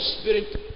spirit